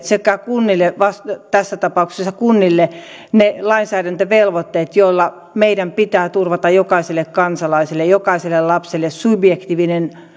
sekä kunnille tässä tapauksessa kunnille ne perusteet ja puitteet ne lainsäädäntövelvoitteet joilla meidän pitää turvata jokaiselle kansalaiselle jokaiselle lapselle subjektiivinen